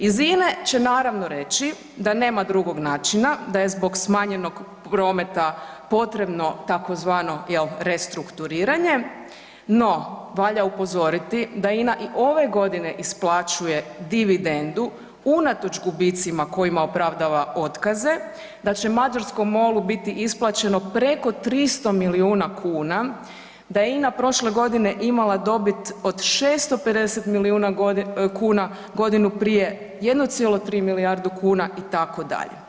Iz INA-e će naravno reći da nema drugog načina, da je zbog smanjenog prometa potrebno tzv. jel' restrukturiranje no valja upozoriti da INA i ove godine isplaćuje dividendu unatoč gubicima kojima opravdava otkaze, da će mađarskom MOL-u biti isplaćeno preko 300 milijuna kuna, da je INA prošle godine imala dobit od 650 milijuna kuna godinu prije, 1,3 milijardu kuna itd.